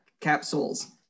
capsules